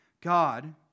God